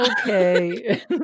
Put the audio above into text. Okay